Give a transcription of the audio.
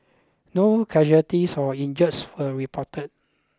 no casualties or injuries were reported